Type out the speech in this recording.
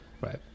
Right